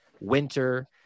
winter